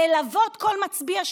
ללוות כל מצביע,